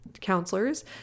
counselors